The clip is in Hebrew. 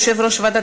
תודה.